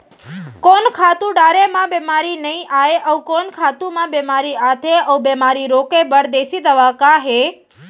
कोन खातू डारे म बेमारी नई आये, अऊ कोन खातू म बेमारी आथे अऊ बेमारी रोके बर देसी दवा का हे?